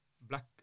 black